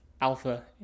alpha